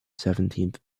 seventeenth